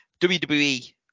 WWE